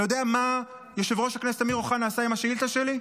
אתה יודע מה יושב-ראש הכנסת אמיר אוחנה עשה עם השאילתה שלי?